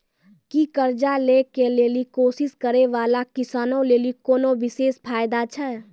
कि कर्जा लै के लेली कोशिश करै बाला किसानो लेली कोनो विशेष फायदा छै?